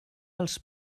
els